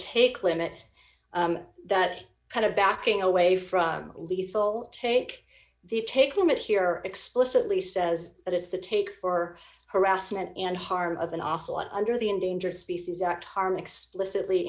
take limit that kind of backing away from lethal take the take limit here explicitly says that if the take for harassment and harm of an ocelot under the endangered species act harm explicitly